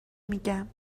میگم